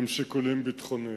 הם שיקולים ביטחוניים,